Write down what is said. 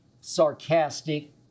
sarcastic